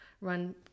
run